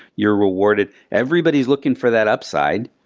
you're rewarded. everybody's looking for that upside.